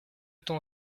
t’en